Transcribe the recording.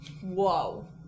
Whoa